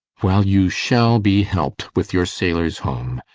well, you shall be helped with your sailors' home.